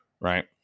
right